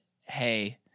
Hey